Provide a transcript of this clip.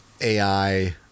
AI